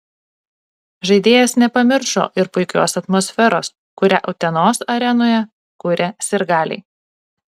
žaidėjas nepamiršo ir puikios atmosferos kurią utenos arenoje kuria sirgaliai